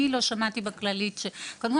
קודם כל,